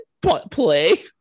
play